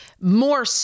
more